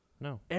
No